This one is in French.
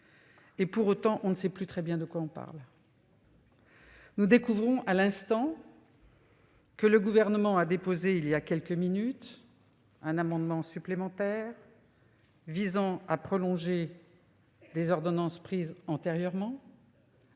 Pour autant, nous ne savons plus très bien de quoi il s'agit. Nous découvrons à l'instant que le Gouvernement a déposé il y a quelques minutes un amendement supplémentaire visant à prolonger des ordonnances prises antérieurement.